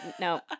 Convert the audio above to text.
No